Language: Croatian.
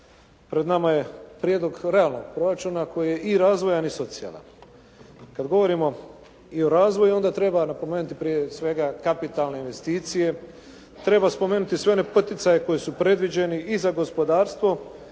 pred nama je prijedlog realnog proračuna koji je i razvojan i socijalan. Kada govorimo i o razvoju onda treba napomenuti prije svega kapitalne investicije, treba spomenuti sve one poticaje koji su predviđeni i za gospodarstvo